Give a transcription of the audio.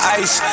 ice